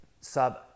Sub